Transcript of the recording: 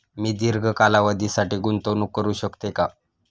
मी दीर्घ कालावधीसाठी गुंतवणूक करू शकते का?